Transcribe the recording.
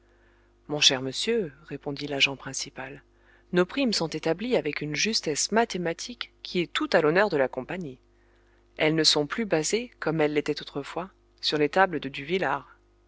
mon cher monsieur répondit l'agent principal nos primes sont établies avec une justesse mathématique qui est tout à l'honneur de la compagnie elles ne sont plus basées comme elles l'étaient autrefois sur les tables de